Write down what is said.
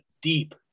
deep